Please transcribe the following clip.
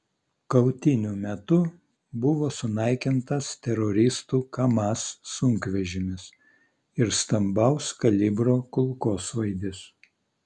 kautynių metu buvo sunaikintas teroristų kamaz sunkvežimis ir stambaus kalibro kulkosvaidis